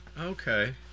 Okay